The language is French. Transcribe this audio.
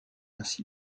ainsi